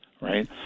right